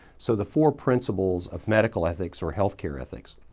so the four principles of medical ethics or health care ethics,